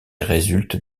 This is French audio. résultent